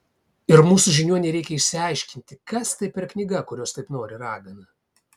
ir mūsų žiniuonei reikia išsiaiškinti kas tai per knyga kurios taip nori ragana